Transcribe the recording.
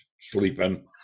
sleeping